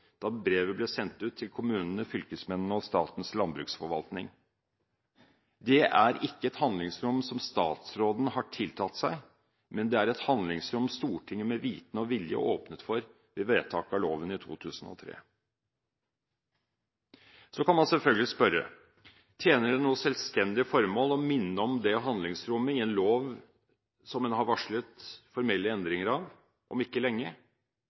da brevet ble sendt ut til kommunene, fylkesmennene og Statens landbruksforvaltning. Det er ikke et handlingsrom som statsråden har tiltatt seg, men et handlingsrom Stortinget med vitende og vilje åpnet for i vedtaket av loven i 2003. Så kan man selvfølgelig spørre: Tjener det noe selvstendig formål å minne om det handlingsrommet i en lov som en har varslet formelle endringer av om ikke lenge?